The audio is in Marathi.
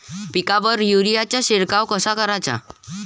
पिकावर युरीया चा शिडकाव कसा कराचा?